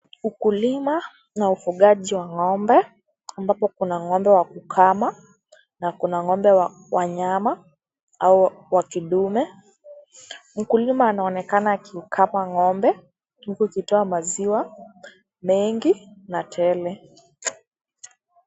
Ukulima na ufugaji wa ng'ombe ambapo kuna ng'ombe wa kukama na kuna ng'ombe wa nyama au wa kidume. Mkulima anaonekana akiukama ng'ombe huku ikitoa maziwa mengi na tele.